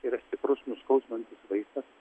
tai yra stiprus nuskausminantis vaistas